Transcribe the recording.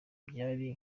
byari